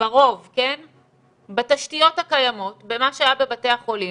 ברוב בתשתיות הקיימות, במה שהיה בבתי החולים,